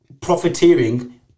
profiteering